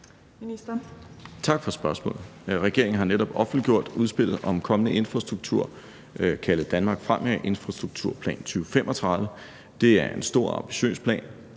Ministeren.